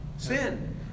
Sin